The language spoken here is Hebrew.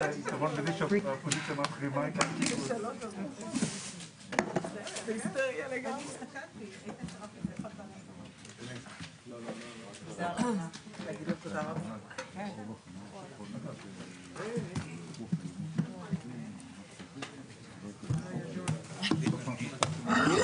10:43.